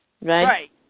right